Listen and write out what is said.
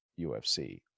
UFC